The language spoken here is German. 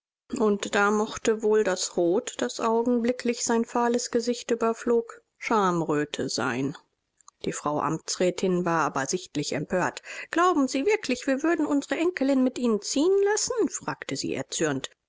und da mochte wohl das rot das augenblicklich sein fahles gesicht überflog schamröte sein die frau amtsrätin aber war sichtlich empört glauben sie wirklich wir würden unsere enkelin mit ihnen ziehen lassen fragte sie erzürnt